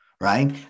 right